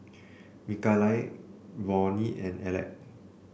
Mikaila Ronnie and Aleck